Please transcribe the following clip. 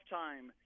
time